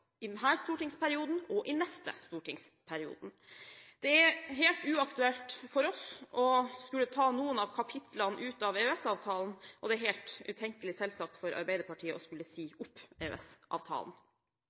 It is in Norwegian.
i denne stortingsperioden og i neste stortingsperiode. Det er helt uaktuelt for oss å ta noen av kapitlene ut av EØS-avtalen, og det er selvsagt helt utenkelig for Arbeiderpartiet å